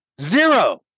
Zero